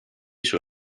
sur